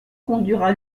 conduira